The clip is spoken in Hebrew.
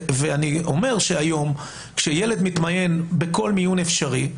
אני אומר שהיום, כשילד מתמיין בכל מיון אפשרי,